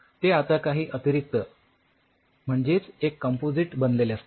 ते आता काही अतिरिक्त म्हणजेच एक कॉम्पोझिट बनलेले असते